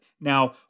Now